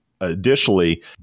additionally